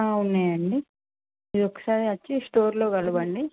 ఆ ఉన్నాయండి మీరు ఒకసారి వచ్చి స్టోర్ లో కలవండి